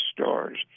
stores